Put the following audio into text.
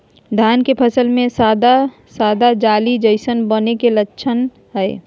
धान के फसल में सादा सादा जाली जईसन बने के कि लक्षण हय?